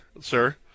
sir